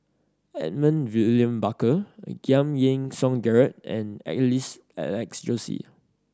Edmund William Barker Giam Yean Song Gerald and Alex Josey